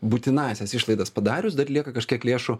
būtinąsias išlaidas padarius dar lieka kažkiek lėšų